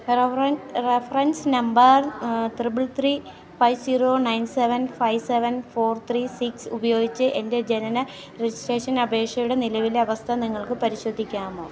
reference number triple three five zero nine seven five seven four three six ഉപയോഗിച്ച് എൻ്റെ ജനന registration അപേക്ഷയുടെ നിലവിലെ അവസ്ഥ നിങ്ങൾക്ക് പരിശോധിക്കാമോ